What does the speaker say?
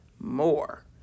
more